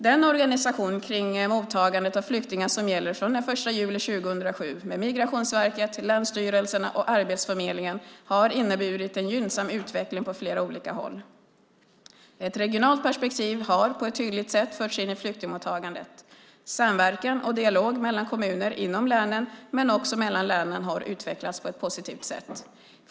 Den organisation kring mottagandet av flyktingar som gäller från den 1 juli 2007 med Migrationsverket, länsstyrelserna och Arbetsförmedlingen har inneburit en gynnsam utveckling på flera olika håll. Ett regionalt perspektiv har på ett tydligt sätt förts in i flyktingmottagandet. Samverkan och dialog mellan kommuner inom länen, men också mellan länen, har utvecklats på ett positivt sätt.